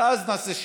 ואז נעשה שמית.